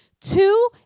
Two